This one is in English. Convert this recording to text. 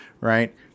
right